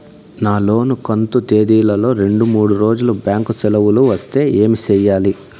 నా లోను కంతు తేదీల లో రెండు మూడు రోజులు బ్యాంకు సెలవులు వస్తే ఏమి సెయ్యాలి?